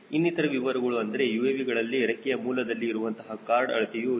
ಇನ್ನಿತರ ವಿವರಗಳು ಅಂದರೆ UAVಗಳಲ್ಲಿ ರೆಕ್ಕೆಯ ಮೂಲದಲ್ಲಿ ಇರುವಂತಹ ಕಾರ್ಡ್ ಅಳತೆಯು 0